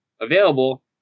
available